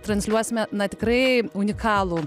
transliuosime na tikrai unikalų